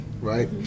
right